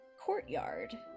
courtyard